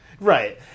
Right